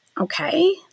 okay